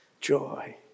joy